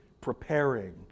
preparing